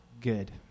good